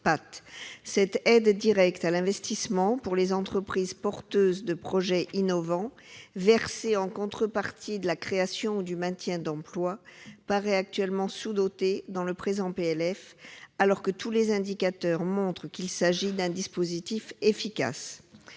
Cette aide directe à l'investissement pour les entreprises porteuses de projets innovants, versée en contrepartie de la création ou du maintien d'emplois, paraît actuellement sous-dotée dans le présent PLF, alors que tous les indicateurs montrent qu'il s'agit d'un dispositif efficace.